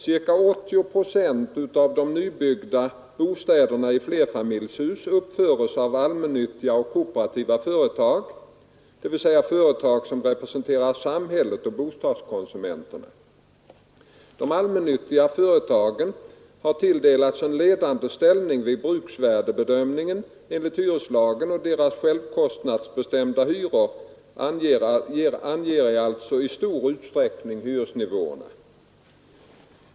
Ca 80 procent av de nybyggda bostäderna i flerfamiljshus uppförs av allmännyttiga eller kooperativa företag, dvs. företag som representerar samhället och bostadskonsumenterna. De allmännyttiga företagen har tilldelats en ledande ställning vid bruksvärdebedömningen enligt hyreslagen, och deras självkostnadsbestämda hyror anger alltså i stor utsträckning hyresnivåerna.